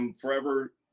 forever